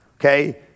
Okay